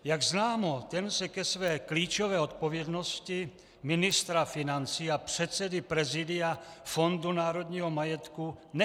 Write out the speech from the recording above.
Jak známo, ten se ke své klíčové odpovědnosti ministra financí a předsedy Prezidia Fondu národního majetku nehlásí.